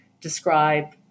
describe